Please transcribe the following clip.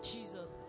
Jesus